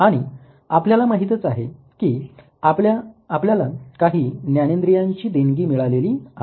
आणि आपल्याला माहितच आहे की आपल्याला काही ज्ञानेंद्रियांची देणगी मिळालेली आहे